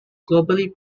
globally